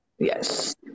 Yes